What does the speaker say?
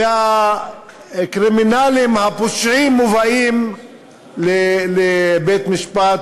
והקרימינלים, הפושעים, מובאים לבית-משפט